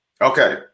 Okay